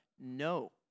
No